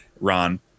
Ron